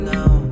Now